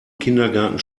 kindergarten